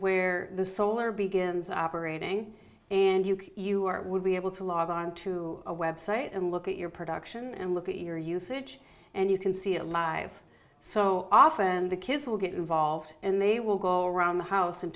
where the solar begins operating and you can you are would be able to log onto a website and look at your production and look at your usage and you can see a live so often the kids will get involved and they will go around the house and